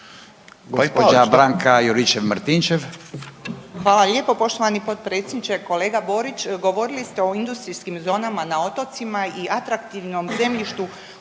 Gđa. Branka Juričev-Martinčev.